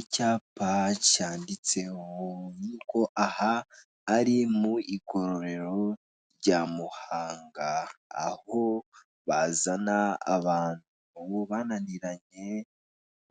Icyapa cyanditseho yuko aha, ari mu igororero rya Muhanga, aho bazana abantu bananiranye